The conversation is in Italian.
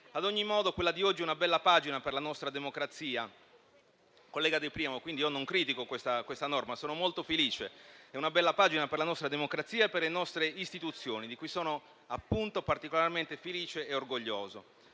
Ad ogni modo quella di oggi è una bella pagina per la nostra democrazia, collega De Priamo. Quindi, non critico questa norma: è una bella pagina per la nostra democrazia e per le nostre istituzioni, di cui sono particolarmente felice e orgoglioso.